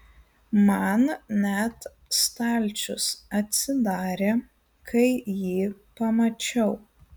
man net stalčius atsidarė kai jį pamačiau